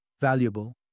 valuable